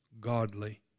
godly